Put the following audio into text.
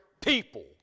people